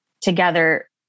together